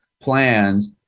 plans